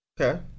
Okay